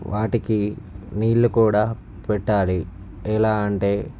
వాటికి నీళ్ళు కూడా పెట్టాలి ఎలా అంటే